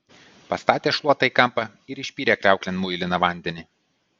pastatė šluotą į kampą ir išpylė kriauklėn muiliną vandenį